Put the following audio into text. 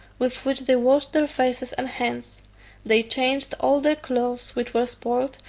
with which they washed their faces and hands they changed all their clothes, which were spoiled,